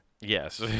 yes